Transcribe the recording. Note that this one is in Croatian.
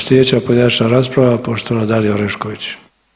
Slijedeća pojedinačna rasprava poštovana Dalija Orešković.